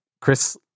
Chris